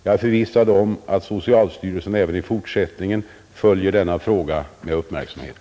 Jag är förvissad om att socialstyrelsen även i fortsättningen följer denna fråga med uppmärksamhet.